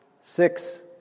six